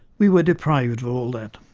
we were deprived of all that.